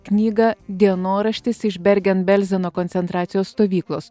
knygą dienoraštis iš bergenbelzeno koncentracijos stovyklos